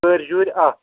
کٔرۍ جوٗرۍ اَکھ